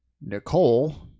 Nicole